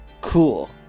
Cool